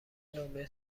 نامه